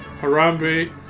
Harambe